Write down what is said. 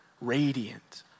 radiant